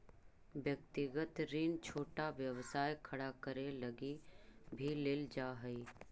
व्यक्तिगत ऋण छोटा व्यवसाय खड़ा करे लगी भी लेल जा हई